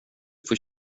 får